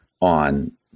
on